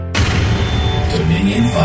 Dominion